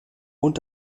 und